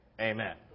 amen